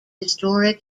historic